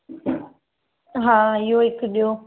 हा इहो हिकु ॾेयो